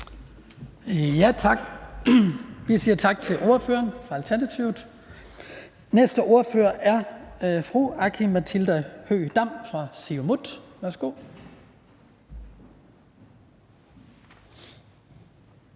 Skibby): Vi siger tak til ordføreren for Alternativet. Næste ordfører er fru Aki-Matilda Høegh-Dam fra Siumut. Værsgo.